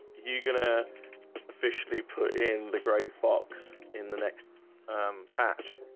you gonna officially put in the gray fox in the next patch